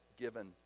given